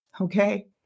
Okay